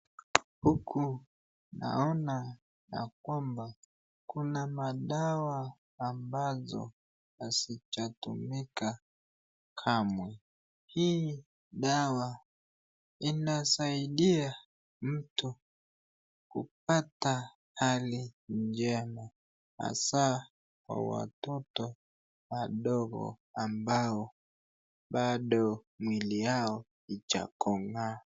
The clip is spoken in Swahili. Huku naona ya kwamba kuna madawa ambazo hazijatumika kamwe. Hii dawa inasaidia mtu kupata hali njema, hasa kwa watoto wadongo ambao bado mwili yao ijakoma.